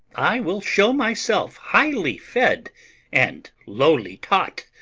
i will show myself highly fed and lowly taught.